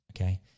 Okay